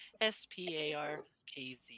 S-P-A-R-K-Z